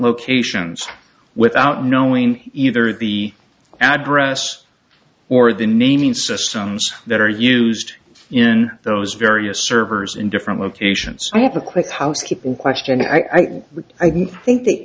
locations without knowing either the address or the naming systems that are used in those various servers in different locations i have a quick housekeeping question i would i didn't think that